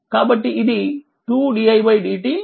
కాబట్టిఇది 2didt ఉంటుంది